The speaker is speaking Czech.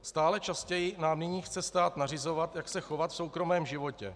Stále častěji nám nyní chce stát nařizovat, jak se chovat v soukromém životě.